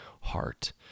heart